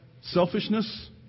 selfishness